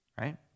Right